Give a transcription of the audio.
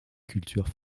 culture